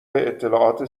اطلاعات